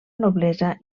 noblesa